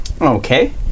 Okay